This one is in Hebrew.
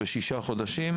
בשישה חודשים,